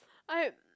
I